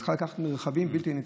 היא צריכה לקחת מרחבים בלתי נתפסים.